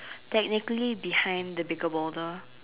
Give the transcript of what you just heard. technically behind the bigger baller